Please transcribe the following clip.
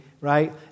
right